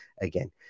again